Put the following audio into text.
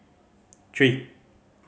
three